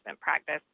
practice